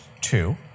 two